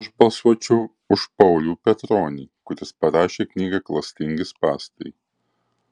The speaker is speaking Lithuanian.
aš balsuočiau už paulių petronį kuris parašė knygą klastingi spąstai